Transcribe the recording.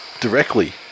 directly